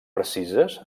precises